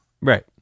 Right